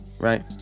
right